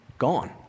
gone